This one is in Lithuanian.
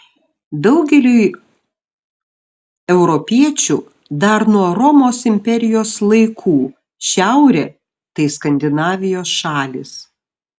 daugeliui europiečių dar nuo romos imperijos laikų šiaurė tai skandinavijos šalys